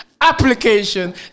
application